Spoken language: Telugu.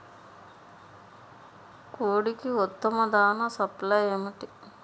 కోడికి ఉత్తమ దాణ సప్లై ఏమిటి?